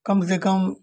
कम से कम